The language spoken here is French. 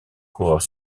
coureurs